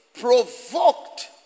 provoked